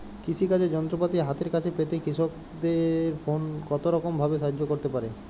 কৃষিকাজের যন্ত্রপাতি হাতের কাছে পেতে কৃষকের ফোন কত রকম ভাবে সাহায্য করতে পারে?